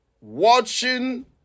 watching